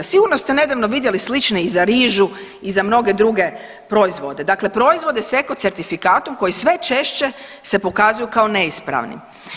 Sigurno ste nedavno vidjeli slične i za rižu i za mnoge druge proizvode, dakle proizvode sa eko certifikatom koji sve češće se pokazuju kao neispravnim.